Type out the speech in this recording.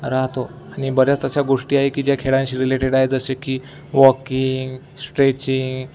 राहतो आणि बऱ्याच अशा गोष्टी आहे की ज्या खेळांशी रिलेटेड आहे जसे की वॉकिंग स्ट्रेचिंग